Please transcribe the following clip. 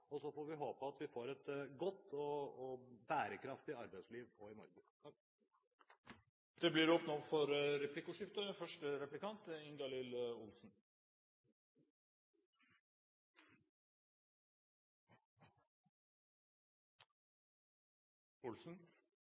og så får vi håpe at vi får et godt og «bærekraftig» arbeidsliv, også i Norge. Det blir